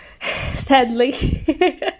sadly